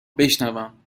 بشنوم